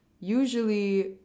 usually